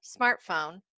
smartphone